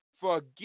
forgive